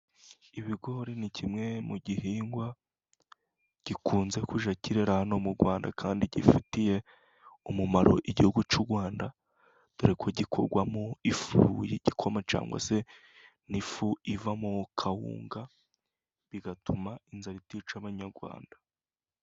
Ibigori ni kimwe mu gihingwa gikunze kwera hano mu Rwanda, kandi gifitiye umumaro igihugu cy'u Rwanda, dore ko gikorwamo ifu y'igikoma cyangwa se n'ifu ivamo kawunga, bigatuma inzara itica abanyarwanda.